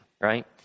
right